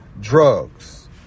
drugs